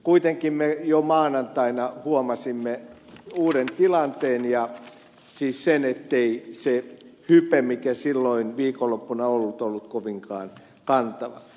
kuitenkin me jo maanantaina huomasimme uuden tilanteen ja siis sen ettei se hype mikä silloin viikonloppuna oli ollut kovinkaan kantava